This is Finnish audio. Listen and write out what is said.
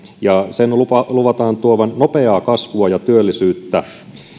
ja sen luvataan tuovan nopeaa kasvua ja työllisyyttä